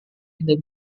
tidak